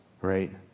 right